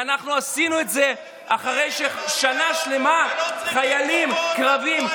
ואנחנו עשינו את זה אחרי ששנה שלמה חיילים קרביים,